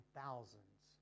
thousands